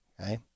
Okay